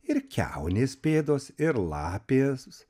ir kiaunės pėdos ir lapės